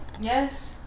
Yes